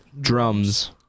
Drums